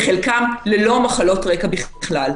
וחלקם ללא מחלות רקע בכלל.